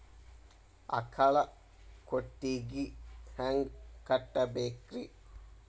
ಆಕಳ ಕೊಟ್ಟಿಗಿ ಹ್ಯಾಂಗ್ ಕಟ್ಟಬೇಕ್ರಿ?